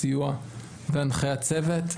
סיוע והנחיית צוות.